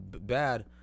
bad